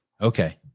Okay